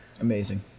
Amazing